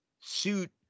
suit